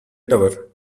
tower